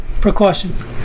precautions